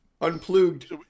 unplugged